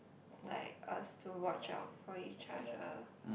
like us to watch out for each other